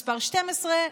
מספר 12,